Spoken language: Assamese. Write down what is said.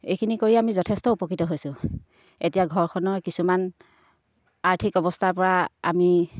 এইখিনি কৰি আমি যথেষ্ট উপকৃত হৈছোঁ এতিয়া ঘৰখনৰ কিছুমান আৰ্থিক অৱস্থাৰ পৰা আমি